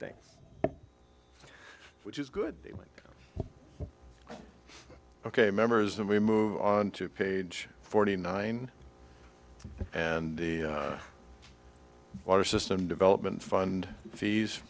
thing which is good ok members and we move on to page forty nine and the water system development fund fees